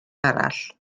arall